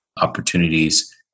opportunities